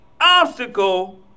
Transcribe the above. obstacle